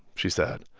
she said.